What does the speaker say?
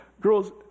Girls